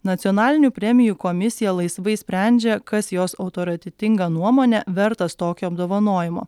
nacionalinių premijų komisija laisvai sprendžia kas jos autoritetinga nuomone vertas tokio apdovanojimo